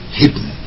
hidden